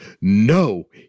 No